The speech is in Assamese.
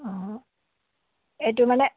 অঁ এইটো মানে